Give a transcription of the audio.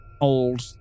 old